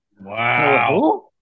Wow